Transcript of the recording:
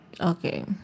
Okay